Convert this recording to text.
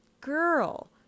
girl